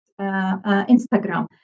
Instagram